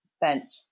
bench